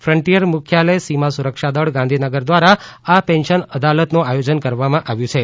ફ્ટિટર મુખ્યાલય સીમા સુરક્ષા દળ ગાંધીનગર દ્વારા આ પેન્શન અદાલતનું આયોજન કરવામાં આવ્યું છે